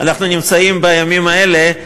אנחנו נמצאים בימים האלה.